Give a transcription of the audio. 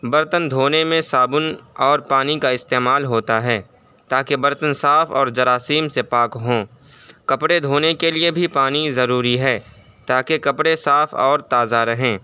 برتن دھونے میں صابن اور پانی کا استعمال ہوتا ہے تاکہ برتن صاف اور جراثیم سے پاک ہوں کپڑے دھونے کے لیے بھی پانی ضروری ہے تاکہ کپڑے صاف اور تازہ رہیں